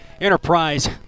Enterprise